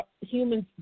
humans